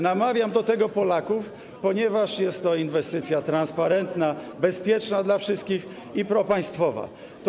Namawiam do tego Polaków, ponieważ jest to inwestycja transparentna, bezpieczna dla wszystkich i propaństwowa.